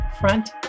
Front